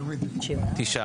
תשעה.